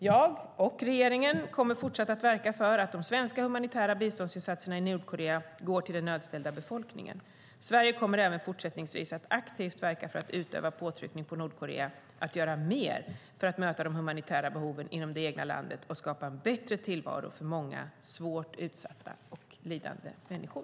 Jag och regeringen kommer fortsatt att verka för att de svenska humanitära biståndsinsatserna i Nordkorea går till den nödställda befolkningen. Sverige kommer även fortsättningsvis att aktivt verka för att utöva påtryckning på Nordkorea att göra mer för att möta de humanitära behoven inom det egna landet och skapa en bättre tillvaro för många svårt utsatta och lidande människor.